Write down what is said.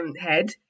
head